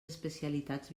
especialitats